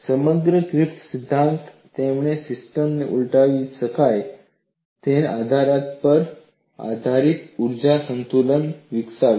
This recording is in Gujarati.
સમગ્ર ગ્રિફિથ સિદ્ધાંત તેમણે સિસ્ટમ ઉલટાવી શકાય તેવા આધાર પર આધારિત ઊર્જા સંતુલન વિકસાવ્યું